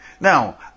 Now